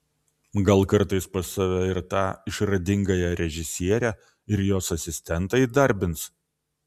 gal kartais pas save ir tą išradingąją režisierę ir jos asistentą įdarbins